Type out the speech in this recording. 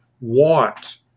want